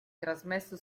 trasmesso